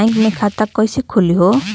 Bank मे खाता कईसे खुली हो?